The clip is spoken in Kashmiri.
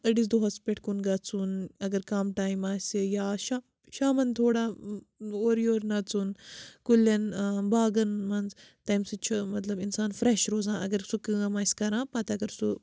أڑِس دۄہَس پٮ۪ٹھ کُن گژھُن اَگر کَم ٹایِم آسے یا شا شامَن تھوڑا اورٕ یورٕ نَژُن کُلٮ۪ن باغن منٛز تَمۍ سۭتۍ چھُ مطلب اِنسان فرٛٮ۪ش روزان اَگر سُہ کٲم آسہِ کَران پَتہٕ اَگر سُہ